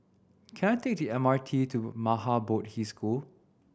can I take the M R T to Maha Bodhi School